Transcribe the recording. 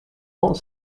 ans